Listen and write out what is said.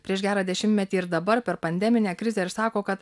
prieš gerą dešimtmetį ir dabar per pandeminę krizę ir sako kad